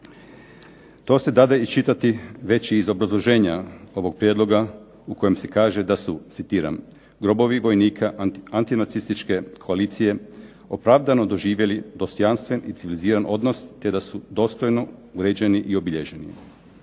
To se dade iščitati već iz obrazloženja ovog prijedloga u kojem se kaže da su, citiram: "grobovi vojnika antinacističke koalicije opravdano doživjeli dostojanstven i civiliziran odnos te da su dostojno uređeni i obilježeni".